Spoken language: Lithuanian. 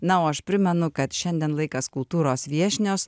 na o aš primenu kad šiandien laikas kultūros viešnios